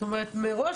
מילא